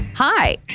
Hi